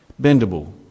bendable